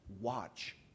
watch